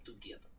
together